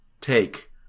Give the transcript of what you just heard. take